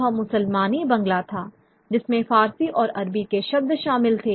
वह मुसलमानी बांग्ला था जिसमें फ़ारसी और अरबी के शब्द शामिल थे